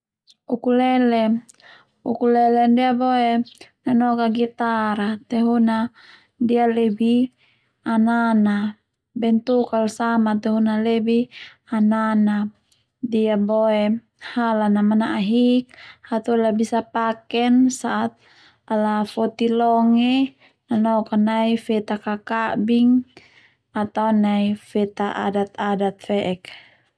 Ukulele ndia boe nanoka gitar a tehuna ndia lebih anana bentuk al sama tehuna lebih anana ndia boe halan manahik hatoli la biasa paken sa'at ala foti longe nanok a nai feta kakabing atau nai feta adat-adat fe'ek.